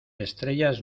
estrellas